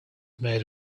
made